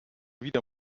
wieder